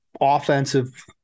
offensive